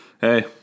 hey